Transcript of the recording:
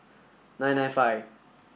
nine nine five